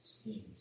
schemes